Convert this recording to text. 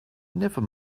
never